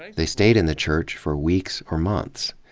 they stayed in the church for weeks, or months.